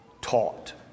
taught